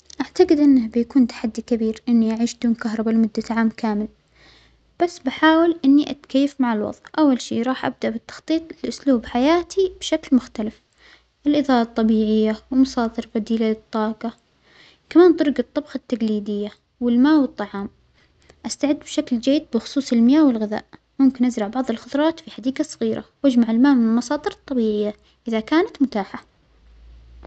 أعتجد أنه بيكون تحدى كبير أنى أعيش بدون كهربا لمدة عام كامل، بس بحاول إى أتكيف مع الوظع، أول شيء راح أبدأ بالتخطيط في أسلوب حياتى بشكل مختلف، الإضاءة الطبيعية ومصادر بديل الطاجة، كمان طرج الطبخ التجليدية والماء والطعام، أستعد بشكل جيد بخصوص المياه والغذاء، ممكن أزرع بعظ الخظراوات في حديجة صغيرة وأجمع الماء من مصادر طبيعية إذا كانت متاحة.